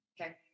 Okay